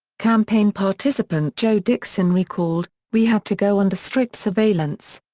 campaign participant joe dickson recalled, we had to go under strict surveillance.